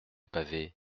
pavé